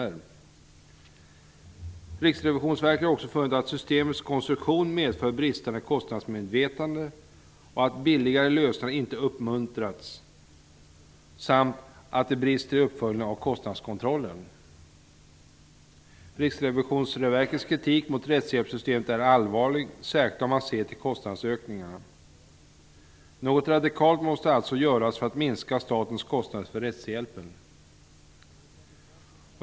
Riksrevisionsverket har också funnit att systemets konstruktion medför bristande kostnadsmedvetande och att billigare lösningar inte har uppmuntrats samt att det brister i uppföljningen av kostnadskontrollen. Riksrevisionsverkets kritik mot rättshjälpssystemet är allvarlig, särskilt om man ser till kostnadsökningarna. Något radikalt måste alltså göras för att minska statens kostnader för rättshjälpen.